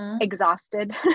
exhausted